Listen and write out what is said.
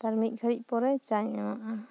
ᱛᱟᱨ ᱢᱤᱫ ᱜᱷᱟᱹᱲᱤᱡ ᱯᱚᱮᱨ ᱪᱟᱧ ᱮᱢᱟᱜ ᱟ